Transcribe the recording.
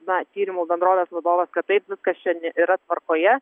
na tyrimų bendrovės vadovas kad taip viskas čia yra tvarkoje